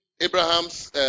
Abraham's